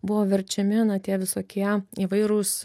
buvo verčiami na tie visokie įvairūs